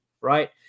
right